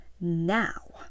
now